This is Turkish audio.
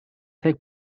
tek